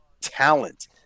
talent